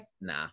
Nah